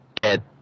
get